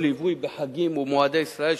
או ליווי של מטיילים בחגים ובמועדי ישראל.